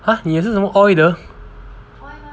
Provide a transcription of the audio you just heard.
!huh! 你是什么 oil 的